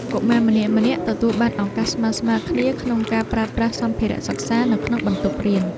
កុមារម្នាក់ៗទទួលបានឱកាសស្មើៗគ្នាក្នុងការប្រើប្រាស់សម្ភារៈសិក្សានៅក្នុងបន្ទប់រៀន។